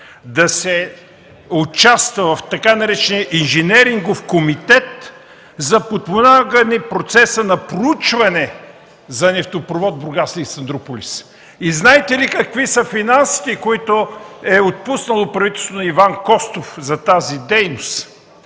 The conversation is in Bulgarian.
да се участва в така наречения „инженерингов комитет” за подпомагане процеса на проучване за нефтопровод „Бургас – Александруполис”. И знаете ли какви са финансите, които е отпуснало правителството на Иван Костов за тази дейност?